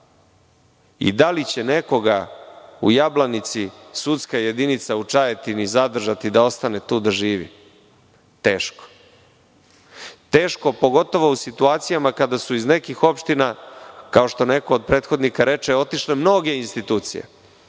i da li će nekoga u Jablanici sudska jedinica u Čajetini zadržati da ostane tu da živi? Teško. Teško pogotovo u situacijama kad su iz nekih opština, kao što neko od prethodnika reče, otišle mnoge institucije,